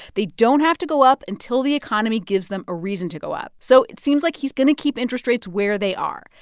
they don't have to go up until the economy gives them a reason to go up. so it seems like he's going to keep interest rates where they are.